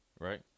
right